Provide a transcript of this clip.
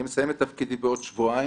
אני מסיים את תפקידי בעוד שבועיים.